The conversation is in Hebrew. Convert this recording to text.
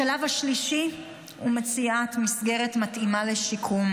השלב השלישי הוא מציאת מסגרת מתאימה לשיקום,